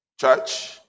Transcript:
Church